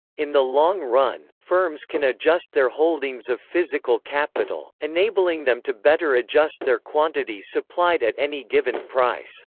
in the long-run, firms can adjust their holdings of physical capital, enabling them to better adjust their quantity supplied at any given price.